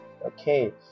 Okay